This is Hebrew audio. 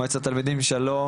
מועצת התלמידים שלום,